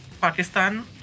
Pakistan